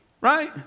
right